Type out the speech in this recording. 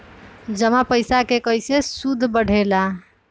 जमा पईसा के कइसे सूद बढे ला?